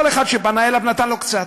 כל אחד שפנה אליו, נתן לו קצת.